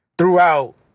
Throughout